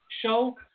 show